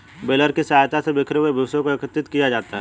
baler की सहायता से बिखरे हुए भूसे को एकत्रित किया जाता है